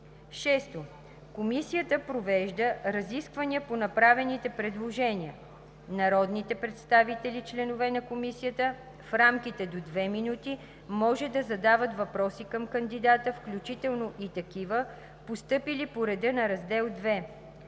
6. Комисията провежда разисквания по направените предложения. Народните представители, членове на Комисията, в рамките до две минути може да задават въпроси към кандидата, включително и такива, постъпили по реда на раздел II.